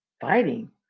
Fighting